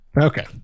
Okay